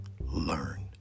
learn